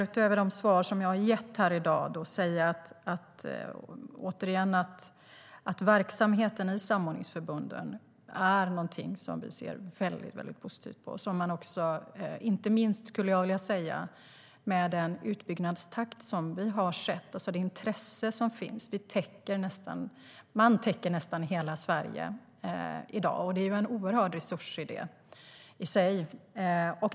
Utöver de svar som jag har gett här i dag kan jag säga att vi ser väldigt positivt på verksamheten i samordningsförbunden, inte minst med tanke på utbyggnadstakten och det intresse som finns. Man täcker nästan hela Sverige i dag, och det är en oerhörd resurs i sig.